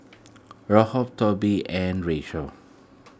Tobie and Rachel